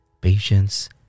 patience